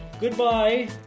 Goodbye